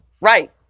Right